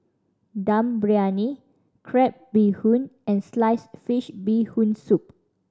Dum Briyani crab bee hoon and sliced fish Bee Hoon Soup